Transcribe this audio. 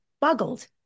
Boggled